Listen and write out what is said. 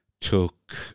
Took